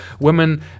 women